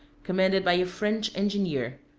commanded by a french engineer,